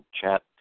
chat